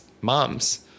moms